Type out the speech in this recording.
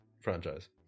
franchise